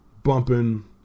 Bumping